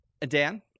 Dan